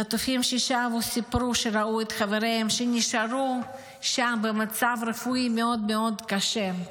חטופים ששבו סיפרו שראו את חבריהם שנשארו שם במצב רפואי מאוד מאוד קשה.